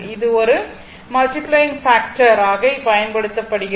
இது ஒரு multiplying factor ஆக பயன்படுத்தப்படுகிறது